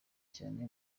cyane